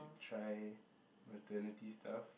try maternity stuff